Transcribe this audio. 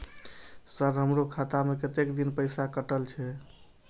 Sir हमारो खाता में कतेक दिन पैसा कटल छे?